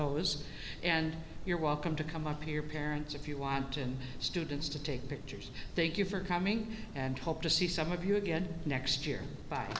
those and you're welcome to come up here parents if you want and students to take pictures thank you for coming and hope to see some of you again next year by